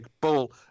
ball